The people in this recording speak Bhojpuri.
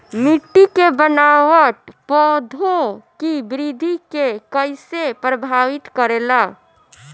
मिट्टी के बनावट पौधों की वृद्धि के कईसे प्रभावित करेला?